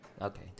Okay